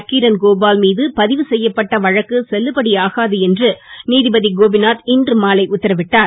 நக்கீரன் கோபால் மீது பதிவு செய்யப்பட்ட வழக்கு செல்லுபடியாகாது என்று நீதிபதி கோபிநாத் இன்று மாலை உத்தரவிட்டார்